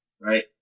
right